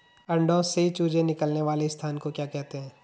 अंडों से चूजे निकलने वाले स्थान को क्या कहते हैं?